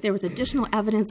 there was additional evidence